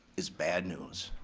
is bad news.